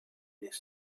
this